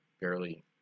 barely